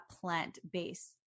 plant-based